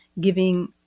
giving